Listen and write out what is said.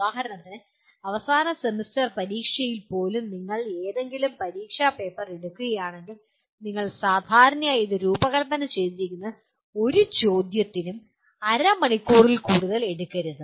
ഉദാഹരണത്തിന് അവസാന സെമസ്റ്റർ പരീക്ഷയിൽ പോലും നിങ്ങൾ ഏതെങ്കിലും പരീക്ഷാ പേപ്പർ എടുക്കുകയാണെങ്കിൽ നിങ്ങൾ സാധാരണയായി ഇത് രൂപകൽപ്പന ചെയ്തിരിക്കുന്നത് ഒരു ചോദ്യത്തിനും അരമണിക്കൂറിൽ കൂടുതൽ എടുക്കരുത്